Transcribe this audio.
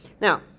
Now